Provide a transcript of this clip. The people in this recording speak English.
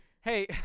hey